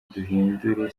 duhindure